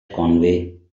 conway